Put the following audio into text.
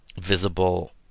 visible